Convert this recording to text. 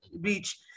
reach